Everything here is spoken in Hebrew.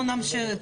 אנחנו נמשיך.